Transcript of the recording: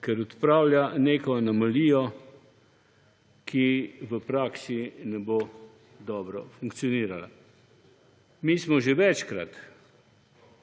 ker odpravlja neko anomalijo, ki v praksi ne bo dobro funkcionirala. Mi smo že večkrat